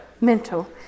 Mental